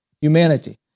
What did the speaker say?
Humanity